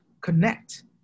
connect